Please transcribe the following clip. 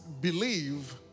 believe